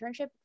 internship